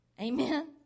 Amen